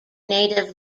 native